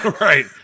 Right